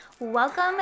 Welcome